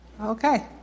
Okay